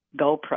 GoPro